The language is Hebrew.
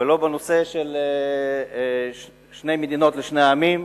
ולא בנושא של שתי מדינות לשני עמים,